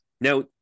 Now